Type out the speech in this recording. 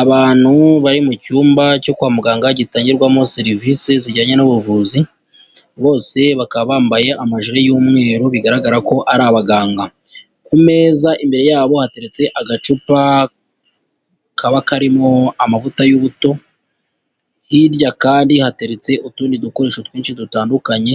Abantu bari mu cyumba cyo kwa muganga gitangirwamo serivisi zijyanye n'ubuvuzi, bose bakaba bambaye amajiri y'umweru bigaragara ko ari abaganga, ku meza imbere yabo hateretse agacupa kaba karimo amavuta y'ubuto, hirya kandi hateretse utundi dukoresho twinshi dutandukanye,